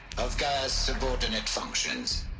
of gaia's subordinate functions.